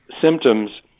symptoms